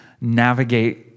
navigate